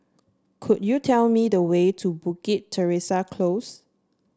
could you tell me the way to Bukit Teresa Close